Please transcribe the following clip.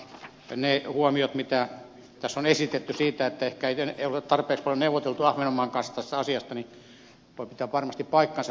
ne huomiot mitä tässä on esitetty siitä että ehkä ei ole tarpeeksi paljon neuvoteltu ahvenanmaan kanssa tästä asiasta voivat varmasti pitää paikkansa